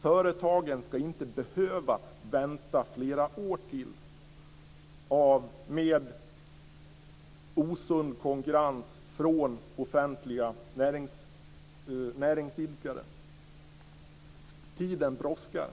Företagen ska inte behöva vänta flera år till, med osund konkurrens från offentliga näringsidkare. Tiden brådskar.